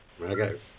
Okay